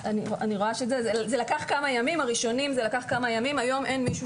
זה לקח כמה ימים הימים הראשונים - אבל היום אין מישהו